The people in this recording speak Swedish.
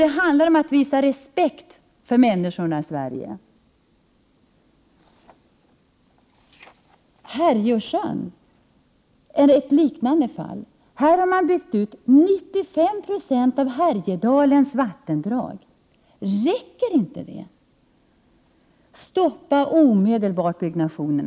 Det handlar om att visa respekt för människorna i Sverige. Härjeåsjön är ett liknande fall. Man har byggt ut 95 96 av Härjedalens vattendrag. Räcker inte detta? Stoppa omedelbart dessa byggnationer.